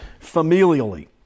familially